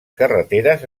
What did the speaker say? carreteres